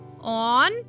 on